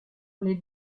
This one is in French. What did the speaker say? les